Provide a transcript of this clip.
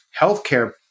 healthcare